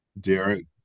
Derek